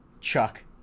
chuck